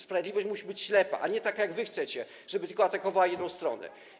Sprawiedliwość musi być ślepa, a nie taka jak wy chcecie, żeby tylko atakowała jedną stronę.